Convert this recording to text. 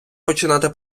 починати